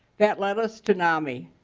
that led us to nami.